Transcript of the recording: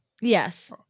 Yes